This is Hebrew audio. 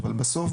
אבל בסוף,